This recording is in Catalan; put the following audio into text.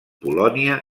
polònia